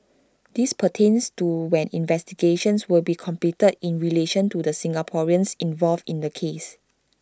this pertains to when investigations will be completed in relation to the Singaporeans involved in the case